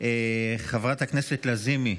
חברת הכנסת לזימי,